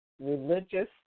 religious